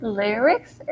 lyrics